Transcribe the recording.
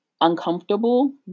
uncomfortable